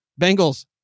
Bengals